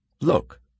Look